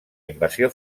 invasió